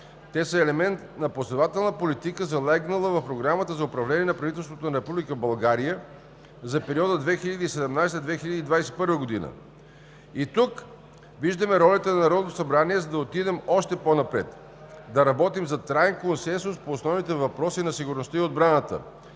Те са елемент на последователна политика, залегнала в Програмата за управление на правителството на Република България за периода 2017 – 2021 г. И тук виждаме ролята на Народното събрание, за да отидем още по-напред – да работим за траен консенсус по основните въпроси на сигурността и отбраната,